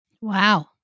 Wow